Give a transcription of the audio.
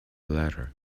ladder